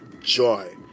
joy